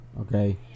Okay